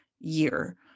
year